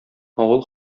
авыл